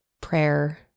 prayer